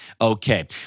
okay